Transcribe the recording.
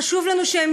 חשוב לנו שהם